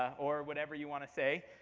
or whatever you want to say.